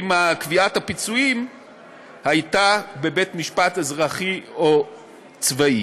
תביעת הפיצויים הייתה בבית משפט אזרחי או צבאי.